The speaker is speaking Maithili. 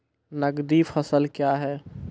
नगदी फसल क्या हैं?